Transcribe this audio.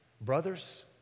Brothers